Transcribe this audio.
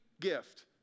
gift